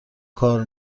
کار